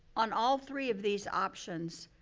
on all three of these options,